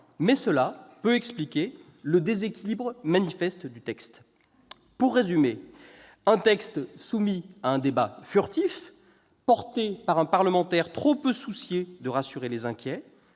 mais cela peut expliquer le déséquilibre manifeste du texte. Un texte soumis à un débat furtif, porté par un parlementaire trop peu soucieux de rassurer les inquiets,